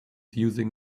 using